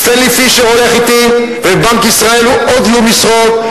סטנלי פישר הולך אתי ובבנק ישראל עוד יהיו משרות,